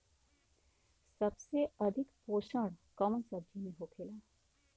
सबसे अधिक पोषण कवन सब्जी में होखेला?